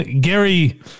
Gary